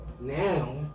Now